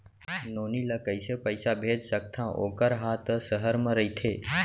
नोनी ल कइसे पइसा भेज सकथव वोकर हा त सहर म रइथे?